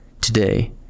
today